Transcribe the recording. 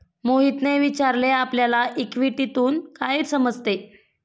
मोहितने विचारले आपल्याला इक्विटीतून काय समजते?